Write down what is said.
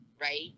right